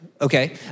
okay